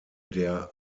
der